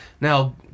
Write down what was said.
Now